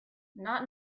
not